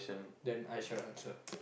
then I shall answer